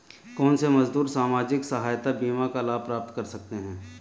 कौनसे मजदूर सामाजिक सहायता बीमा का लाभ प्राप्त कर सकते हैं?